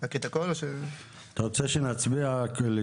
(תיקון) התשפ"ב 2022 בתוקף סמכותי לפי